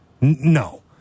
no